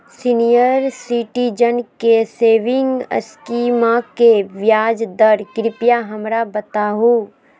senior citizen के saving स्कीमवा के ब्याज दर कृपया हमरा बताहो